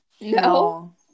No